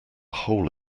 hole